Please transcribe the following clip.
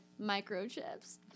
microchips